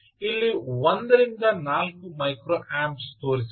ಇಲ್ಲಿ 1 ರಿಂದ 4 micro amps ತೋರಿಸಬಹುದು